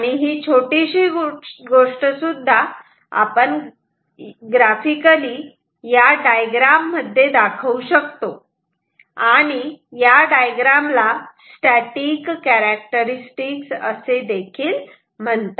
ही छोटीशी गोष्ट सुद्धा आपण ग्रफिकली या डायग्राम मध्ये दाखवू शकतो आणि या डायग्राम ला स्टॅटिक कॅरेक्टरिस्टिक असे देखील म्हणतात